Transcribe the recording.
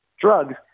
drugs